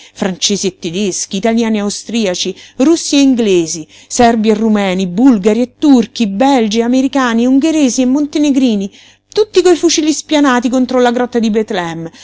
francesi e tedeschi italiani e austriaci russi e inglesi serbi e rumeni bulgari e turchi belgi e americani e ungheresi e montenegrini tutti coi fucili spianati contro la grotta di